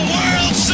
World